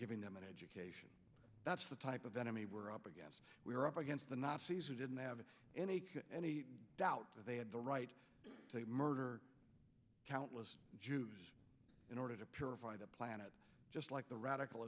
giving them an education that's the type of enemy we're up against we're up against the nazis who didn't have any any doubt they had the right to murder countless jews in order to purify the planet just like the radical